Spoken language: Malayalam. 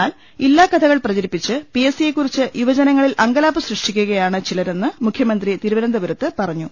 എന്നാൽ ഇല്ലാക്കഥ കൾ പ്രചരിപ്പിച്ച് പി എസ് സി യെക്കുറിച്ച് യുവജനങ്ങളിൽ അങ്കലാപ്പ് സൃഷ്ടിക്കുകയാണ് ചിലരെന്ന് മുഖ്യമന്ത്രി തിരുവ നന്തപുരത്ത് പറഞ്ഞു